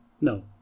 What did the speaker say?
no